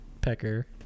pecker